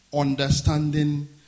understanding